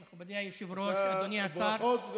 בבקשה, אחמד טיבי, ברכות.